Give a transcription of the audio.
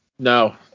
No